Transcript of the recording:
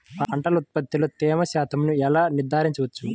పంటల ఉత్పత్తిలో తేమ శాతంను ఎలా నిర్ధారించవచ్చు?